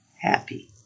happy